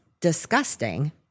disgusting